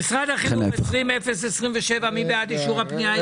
משרד החינוך, 20027, מי בעד אישור הפנייה?